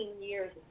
years